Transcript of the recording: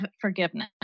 forgiveness